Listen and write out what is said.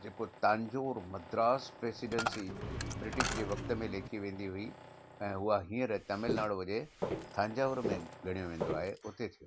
जेको Thanjavur Madras presidency British जे वक़्त में लेखी वेंदी हुई ऐं उहा हींअर तमिलनाडु जे थंजावुर में ॻणियो वेंदो आहे हुते थियो हुयो